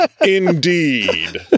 Indeed